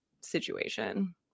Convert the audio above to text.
situation